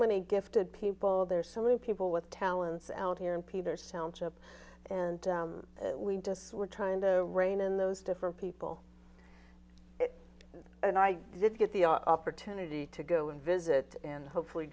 many gifted people there salute people with talents out here in peter's township and we just were trying to rein in those different people and i did get the opportunity to go and visit and hopefully